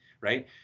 right